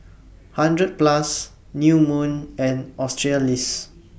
hundred Plus New Moon and Australis